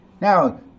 Now